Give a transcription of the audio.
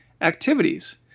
activities